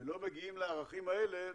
ולא מגיעים לערכים האלה